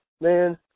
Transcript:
Man